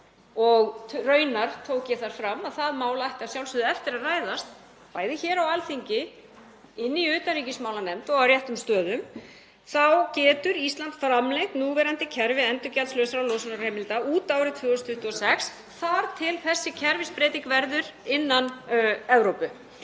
og raunar tók ég þar fram að það mál ætti að sjálfsögðu eftir að ræðast bæði hér á Alþingi, í utanríkismálanefnd og á réttum stöðum — þá getur Ísland framlengt núverandi kerfi endurgjaldslausra losunarheimilda út árið 2026 þar til þessi kerfisbreyting verður innan Evrópu.